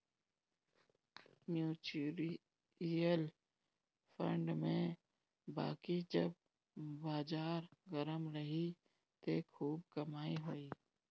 mutual fund में बाकी जब बाजार गरम रही त खूब कमाई होई